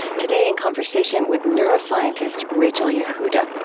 today, in conversation with neuroscientist rachel yehuda.